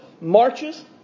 marches